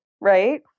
right